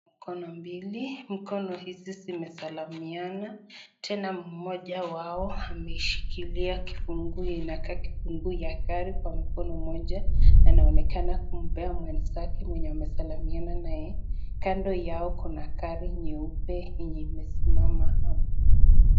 Mkono mbili, mkono hizi zimesalamiana, tena mmoja wao ameshikilia kifunguu inakaa kifungu ya gari kwa mkono moja. Anaonekana kumpea mwenzake mwenye anasalamiana na yeye, kando yao kuna gari nyeupe yenye imesimama hapo.